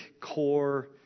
core